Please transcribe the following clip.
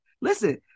listen